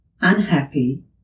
unhappy